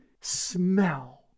smell